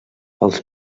els